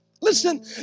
Listen